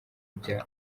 bya